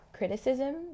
Criticism